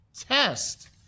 Test